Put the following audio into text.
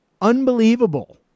Unbelievable